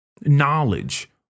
knowledge